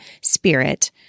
spirit